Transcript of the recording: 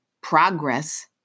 Progress